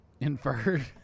Inferred